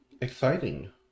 exciting